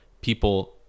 people